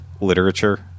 literature